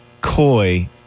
coy